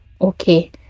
Okay